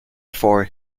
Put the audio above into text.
for